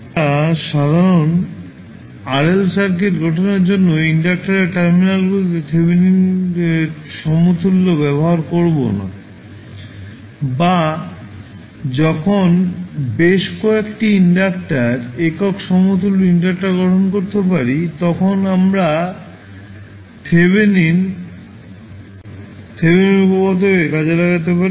আমরা সাধারণ RL circuit গঠনের জন্য ইনডাক্টরের টার্মিনালগুলিতে থেভেনিন সমতুল্য ব্যবহার করব বা যখন বেশ কয়েকটি ইন্ডাক্টার একক সমতুল্য ইন্ডাক্টার নিয়ে গঠন করতে পারি তখন আমরা থেভেনিন উপপাদকটি ব্যবহার করতে পারি সুতরাং সংক্ষেপে আমরা বলতে পারি যে যদি আমাদের সার্কিট থাকে তবে আমাদের একাধিক ইন্ডাক্টর এবং রোধক রয়েছে যা আমরা সার্কিটকে সহজ করার জন্য থেভেনিন উপপাদ্যThevenin's Theoremকে কাজে লাগাতে পারি